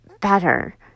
better